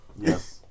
yes